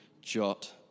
jot